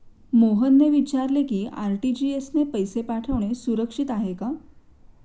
मोहनने विचारले की आर.टी.जी.एस ने पैसे पाठवणे सुरक्षित आहे का?